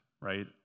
right